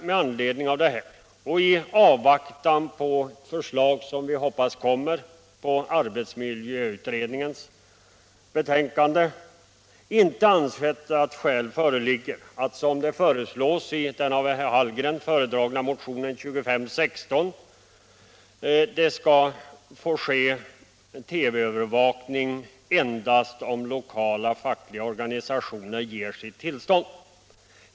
Med anledning av detta och i avvaktan på förslag, som vi hoppas kommer i arbetsmiljöutredningens betänkande, har utskottet inte ansett att skäl föreligger att, som föreslås i den av herr Hallgren föredragna motionen 2516, införa stadganden om att TV-övervakning av arbetsplats får ske endast om de lokala fackliga organisationerna ger sitt tillstånd.